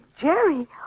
Jerry